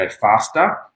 faster